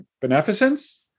beneficence